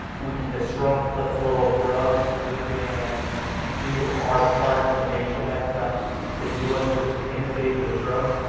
we can disrupt the flow of drugs, we can do our part to make sure that the u s. isn't inundated with drugs.